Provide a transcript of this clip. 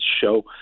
show